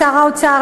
לשר האוצר,